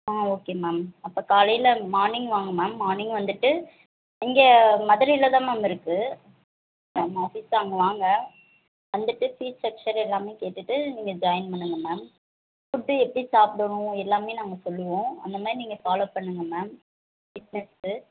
ஆ okay ma'am அப்போ காலையில் morning வாங்க மேம் மார்னிங் வந்துட்டு இங்கே மதுரையில் தான் மேம் இருக்குது நம்ம ஆஃபீஸு அங்கே வாங்க வந்துட்டு ஃபீஸ் ஸ்ட்ரக்சரு எல்லாமே கேட்டுவிட்டு நீங்கள் ஜாயின் பண்ணுங்க மேம் ஃபுட்டு எப்படி சாப்பிடணும் எல்லாமே நாங்கள் சொல்லுவோம் அந்த மாதிரி நீங்கள் ஃபாலோ பண்ணுங்க மேம் ஃபிட்னஸ்சுக்கு